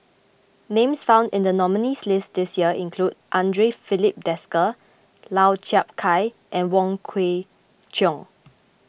names found in the nominees' list this year include andre Filipe Desker Lau Chiap Khai and Wong Kwei Cheong